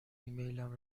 ایمیلم